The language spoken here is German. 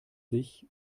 sich